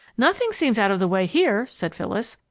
nothing seems out of the way here, said phyllis.